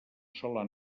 sola